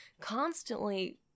constantly